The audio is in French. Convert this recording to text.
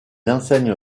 enseigne